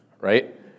right